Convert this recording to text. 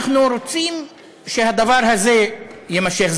אנחנו רוצים שהדבר הזה יימשך,